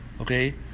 okay